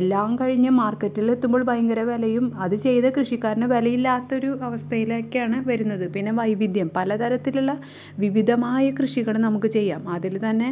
എല്ലാം കഴിഞ്ഞ് മാർക്കറ്റിലെത്തുമ്പോൾ ഭയങ്കര വിലയും അതു ചെയ്ത കൃഷിക്കാരന് വിലയില്ലാത്തൊരു അവസ്ഥയിലേക്കാണ് വരുന്നത് പിന്നെ വൈവിധ്യം പല തരത്തിലുള്ള വിവിധമായ കൃഷികൾ നമുക്ക് ചെയ്യാം അതിൽ തന്നെ